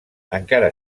encara